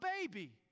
baby